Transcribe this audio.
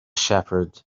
shepherd